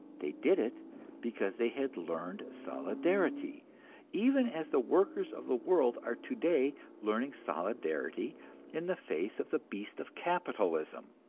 they did it because they had learned solidarity even as the workers of the world are today learning solidarity in the face of the beast of capitalism.